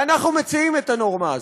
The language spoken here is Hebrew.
ואנחנו מציעים את הנורמה הזאת.